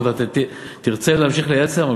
אמרתי לו: תרצה להמשיך לייעץ להם?